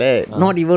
(uh huh)